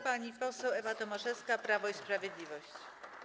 Pani poseł Ewa Tomaszewska, Prawo i Sprawiedliwość.